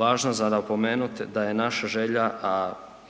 Važno za napomenuti da je naša želja, a